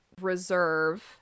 reserve